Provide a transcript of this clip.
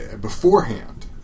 beforehand